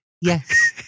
Yes